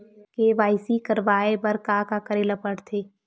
KYC करवाय बर का का करे ल पड़थे?